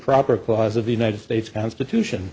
proper clause of the united states constitution